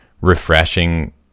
refreshing